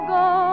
go